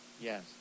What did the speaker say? Yes